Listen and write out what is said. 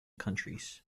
countries